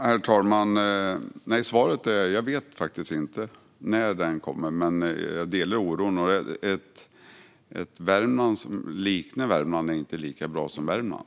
Herr ålderspresident! Svaret är att jag faktiskt inte vet när detta kommer. Jag delar dock oron. Ett Värmland som liknar Värmland är inte lika bra som Värmland.